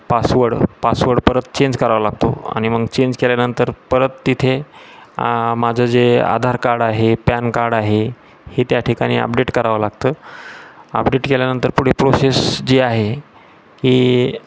password password परत change करावा लागतो आणि मग चेंज केल्यानंतर परत तिथे माझं जे आधार कार्ड आहे पॅन कार्ड आहे हे त्या ठिकाणी अपडेट करावं लागतं अपडेट केल्यानंतर पुढे प्रोसेस जी आहे की